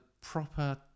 proper